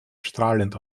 strahlend